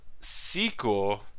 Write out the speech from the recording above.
Sequel